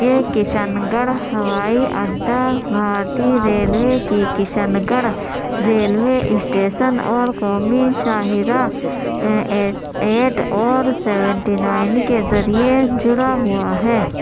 یہ کشن گڑھ ہوائی اڈہ بھارتی ریلوے کے کشن گڑھ ریلوے اسٹیشن اور قومی شاہراہ این ایچ ایٹ اور سیونٹی نائن کے ذریعہ جڑا ہوا ہے